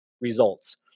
results